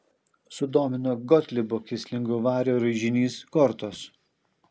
sudomino gotlibo kislingo vario raižinys kortos